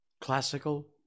Classical